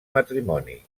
matrimoni